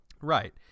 Right